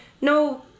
no